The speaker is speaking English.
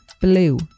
blue